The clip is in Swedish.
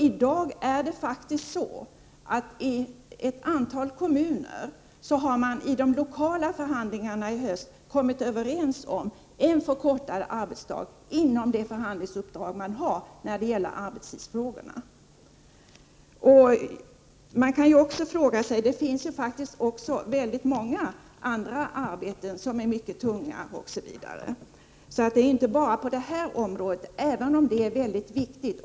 I ett antal kommuner har man faktiskt i de lokala förhandlingarna i höst kommit överens om en förkortad arbetsdag, inom det förhandlingsuppdrag som man har beträffande arbetstidsfrågor. Det finns också många andra arbeten som är tunga osv. — de finns inte bara inom det här området, även om det är mycket viktigt.